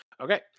Okay